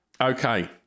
okay